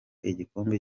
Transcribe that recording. igikombe